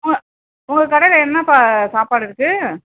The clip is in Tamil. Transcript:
ஆ உங்கள் கடையில் என்னப்பா சாப்பாடு இருக்குது